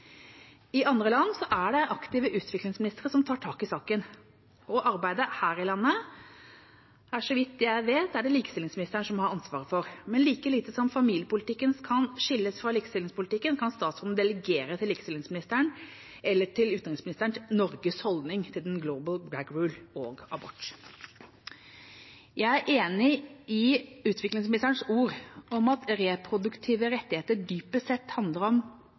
I andre land tar aktive utviklingsministre tak i saken. Arbeidet her i landet er det, så vidt jeg vet, likestillingsministeren som har ansvaret for. Men like lite som familiepolitikken kan skilles fra likestillingspolitikken, kan statsråden delegere til likestillingsministeren eller til utenriksministeren Norges holdning til «the global gag rule» og abort. Jeg er enig i utviklingsministerens ord om at reproduktive rettigheter dypest sett handler om